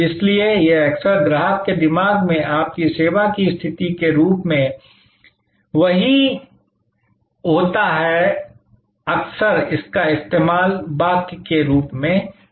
इसीलिए यह अक्सर ग्राहक के दिमाग में आपकी सेवा की स्थिति के रूप में नहीं होता है अक्सर इसका इस्तेमाल वाक्य के रूप में किया जाता है